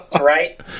right